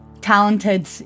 talented